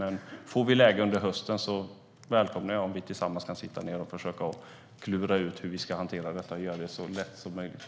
Men om vi får ett läge under hösten välkomnar jag om vi kan sitta ned tillsammans och försöka klura ut hur vi ska hantera detta och göra att det blir så lätt som möjligt.